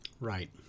Right